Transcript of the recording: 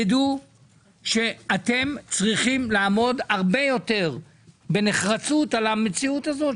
תדעו שאתם צריכים לעמוד הרבה יותר בנחרצות על המציאות הזאת,